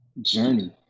Journey